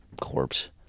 corpse